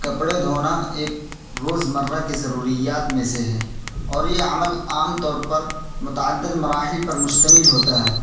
کپڑے دھونا ایک روزمرہ کی ضروریات میں سے ہے اور یہ عمل عام طور پر متعدد مراحل پر مشتمل ہوتا ہے